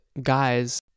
guys